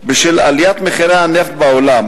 בשל עליית מחירי הנפט בעולם.